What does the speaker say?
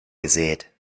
gesät